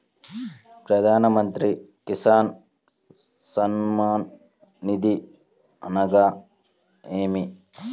ప్రధాన మంత్రి కిసాన్ సన్మాన్ నిధి అనగా ఏమి?